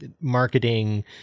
marketing